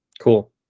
Cool